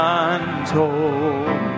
untold